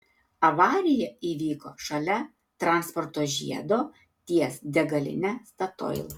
avarija įvyko šalia transporto žiedo ties degaline statoil